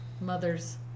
mother's